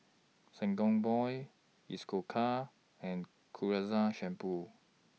Sangobion Isocal and Ketoconazole Shampoo